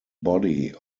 body